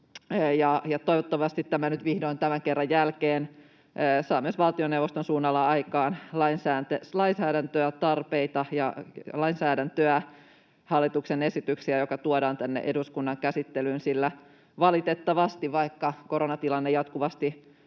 Toivottavasti tämä nyt vihdoin, tämän kerran jälkeen, saa myös valtioneuvoston suunnalla aikaan lainsäädäntötarpeita ja lainsäädäntöä, hallituksen esityksiä, jotka tuodaan tänne eduskunnan käsittelyyn. Nimittäin valitettavasti, vaikka koronatilanne jatkuvasti